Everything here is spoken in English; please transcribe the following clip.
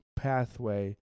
pathway